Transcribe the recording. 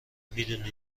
میدونی